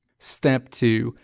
step two.